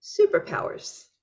Superpowers